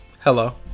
Hello